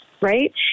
right